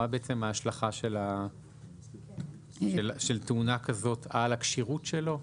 מה בעצם ההשלכה של תאונה כזאת על הכשירות שלו?